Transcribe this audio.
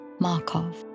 Markov